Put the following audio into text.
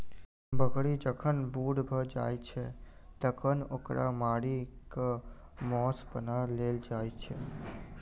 बकरी जखन बूढ़ भ जाइत छै तखन ओकरा मारि क मौस बना लेल जाइत छै